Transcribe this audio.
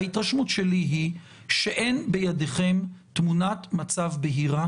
ההתרשמות שלי היא שאין בידיכם תמונת מצב בהירה